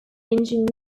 engine